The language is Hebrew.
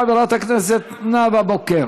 חברת הכנסת נאוה בוקר.